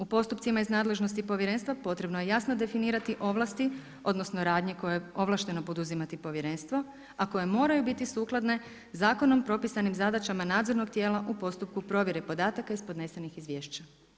U postupcima iz nadležnosti povjerenstva potrebno je jasno definirati ovlasti odnosno radnje koje ovlašteno poduzima povjerenstvo, a koje moraju biti sukladne zakonom propisanih zadaćama nadzornih tijela u postupku provjere podataka iz podnesenih izvješća.